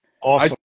Awesome